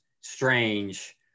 strange